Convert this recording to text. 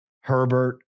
Herbert